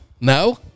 No